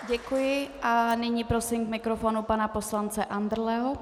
Děkuji a nyní prosím k mikrofonu pana poslance Andrleho.